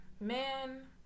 man